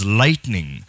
lightning